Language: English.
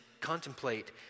contemplate